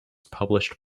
published